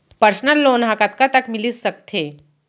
Personal loan ह कतका तक मिलिस सकथे?